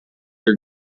your